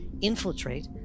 infiltrate